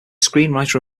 screenwriter